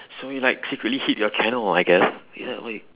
so you like secretly hid your channel oh I guess be that way